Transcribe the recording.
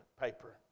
paper